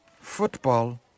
Football